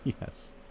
Yes